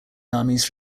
armies